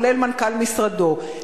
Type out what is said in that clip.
כולל מנכ"ל משרדו,